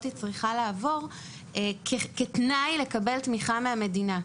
היא צריכה לעבור כתנאי לקבל תמיכה מהמדינה.